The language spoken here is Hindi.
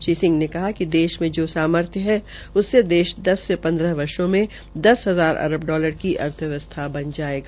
श्री सिंह ने कहा कि देश में जो जो सामर्थ्य है उससे देश दस से सन्द्रह वर्षो मे दस हजार अरब डालर की अर्थव्यवस्था बन जायेगा